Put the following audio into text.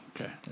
okay